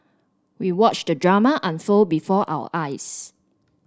we watched the drama unfold before our eyes